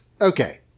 okay